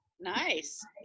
nice